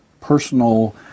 personal